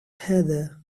heather